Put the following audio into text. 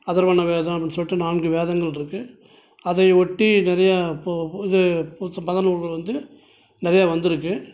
அதர்வண வேதம் அப்படின்னு சொல்லிகிட்டு நான்கு வேதங்கள் இருக்குது அதை ஒட்டி நிறைய இப்போது இது புதுசாக பல நூல்கள் வந்து நிறையா வந்திருக்கு